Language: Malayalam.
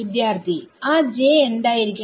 വിദ്യാർത്ഥി ആ j എന്തായിരിക്കണം